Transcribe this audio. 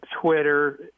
Twitter